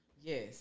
Yes